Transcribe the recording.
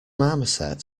marmoset